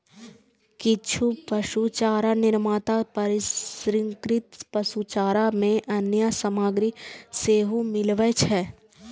किछु पशुचारा निर्माता प्रसंस्कृत पशुचारा मे अन्य सामग्री सेहो मिलबै छै